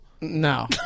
No